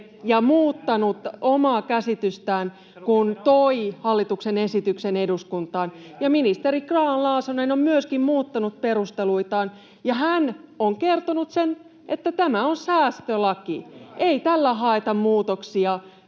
ja muuttanut omaa käsitystään, kun toi hallituksen esityksen eduskuntaan. Ja ministeri Grahn-Laasonen on myöskin muuttanut perusteluitaan: hän on kertonut sen, että tämä on säästölaki. [Ben Zyskowicz: